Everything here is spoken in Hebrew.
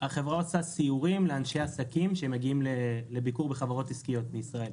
החברה עושה סיורים לאנשי עסקים שמגיעים לביקור בחברות עסקיות בישראל.